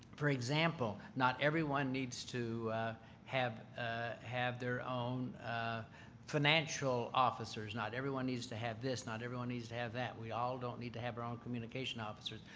for example, not everyone needs to have ah have their own financial officers. not everyone needs to have this. not everyone needs to have that. we all don't need to have our own communication officers.